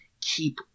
keep